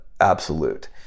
absolute